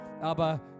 aber